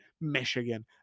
Michigan